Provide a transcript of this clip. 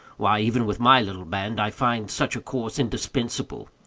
why, even with my little band, i find such a course indispensable.